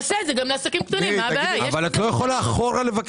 יש מנגנון דיווח